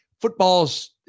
football's